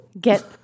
Get